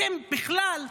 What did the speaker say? אתם בכלל,